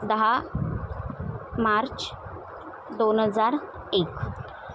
दहा मार्च दोन हजार एक